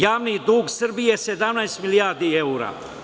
Javni dug Srbije 17 milijardi eura.